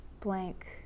blank